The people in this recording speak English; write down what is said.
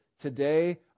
today